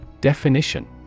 Definition